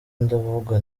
ndavuga